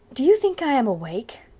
do you think i am awake?